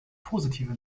positive